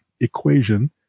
equation